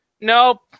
Nope